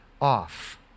off